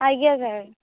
ଆଜ୍ଞା ସାର୍